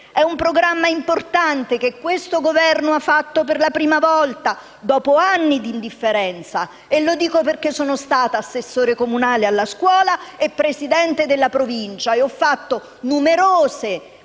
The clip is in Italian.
di un programma importante, che questo Governo ha realizzato per la prima volta, dopo anni di indifferenza. Posso dirlo, perché sono stata assessore comunale alla scuola e Presidente di Provincia e ho avanzato numerose